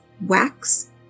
wax